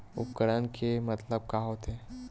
उपकरण के मतलब का होथे?